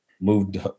Moved